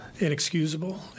Inexcusable